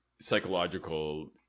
psychological